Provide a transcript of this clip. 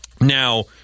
Now